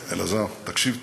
אלעזר, תקשיב טוב.